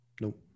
Nope